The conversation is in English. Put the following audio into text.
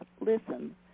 listen